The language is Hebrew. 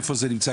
איפה זה נמצא,